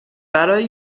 برای